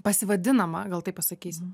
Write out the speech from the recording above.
pasivadinama gal taip pasakysiu